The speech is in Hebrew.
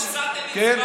אדוני,